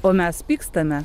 o mes pykstame